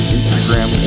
Instagram